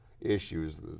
issues